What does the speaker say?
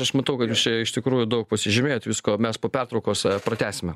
aš matau kad jūs čia iš tikrųjų daug pasižymėjot visko mes po pertraukos pratęsime